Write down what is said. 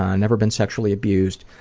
ah never been sexually abused.